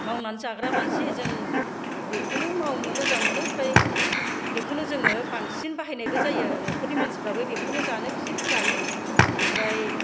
मावानानै जाग्रा मानसि जों बेखौनो मावनो मोजां मोनो ओमफ्राय बेखौनो जोङो बांसिन बाहायनायबो जायो आरो न'खरनि मानसिफ्राबो बेखौनो जानो बियो जायो ओमफ्राय